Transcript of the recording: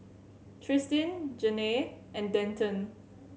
Tristin Janae and Denton